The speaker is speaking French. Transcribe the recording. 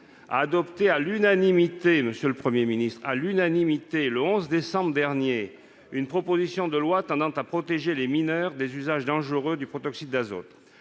a adopté à l'unanimité, monsieur le Premier ministre, le 11 décembre dernier, une proposition de loi tendant à protéger les mineurs des usages dangereux du protoxyde d'azote.